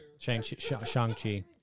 Shang-Chi